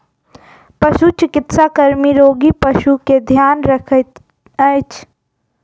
पशुचिकित्सा कर्मी रोगी पशु के ध्यान रखैत अछि